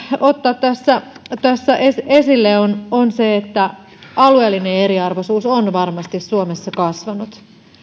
ottaa tässä tässä esille esille on on se että alueellinen eriarvoisuus on varmasti suomessa kasvanut